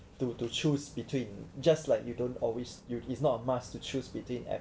to to choose between just like you don't always you it's not a must to choose between Apple